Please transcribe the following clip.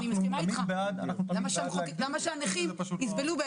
אני מסכימה אתך, למה שהנכים יסבלו?